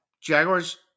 Jaguars